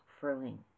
furling